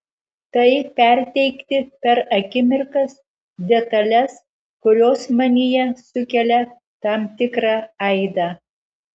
tai perteikti per akimirkas detales kurios manyje sukelia tam tikrą aidą